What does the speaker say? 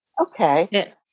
Okay